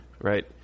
right